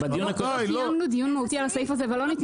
אנחנו לא קיימנו דיון מהותי על הסעיף הזה ולא